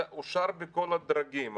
זה אושר בכל הדרגים.